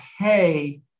pay